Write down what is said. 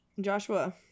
Joshua